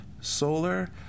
solar